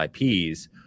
IPs